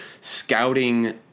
scouting